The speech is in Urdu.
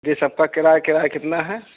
جی سب کا کرایہ کرایہ کتنا ہے